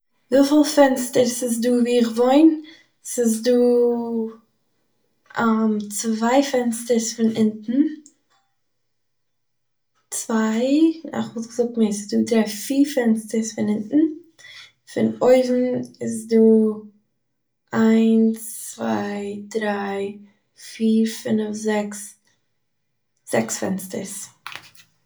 וויפיל פענסטערס איז דא וואו איך וואוין? ס'איז דא צוויי פענסטערס צוויי פענסטערס פון אונטן. צוויי- ניין, איך וואלט געזאגט מער, ס'איז דא פיר פענסטערס פון אונטן, פון אויבן איז דא: איינס, צוויי, דריי, פיר, פינף-זעקס, זעקס פענסטערס